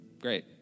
great